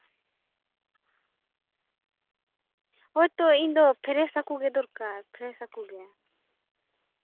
ᱦᱳᱭ ᱛᱚ ᱤᱧ ᱫᱚ ᱯᱷᱨᱮᱹᱥ ᱦᱟᱹᱠᱩ ᱜᱮ ᱫᱚᱨᱠᱟᱨ ᱯᱷᱨᱮᱹᱥ ᱦᱟᱹᱠᱩ ᱜᱮ